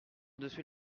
dessus